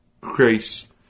grace